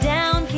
Down